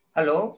Hello